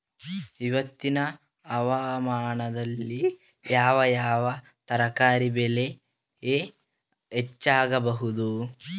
ಇವತ್ತಿನ ಹವಾಮಾನದಲ್ಲಿ ಯಾವ ಯಾವ ತರಕಾರಿ ಬೆಳೆ ಹೆಚ್ಚಾಗಬಹುದು?